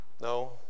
No